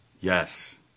Yes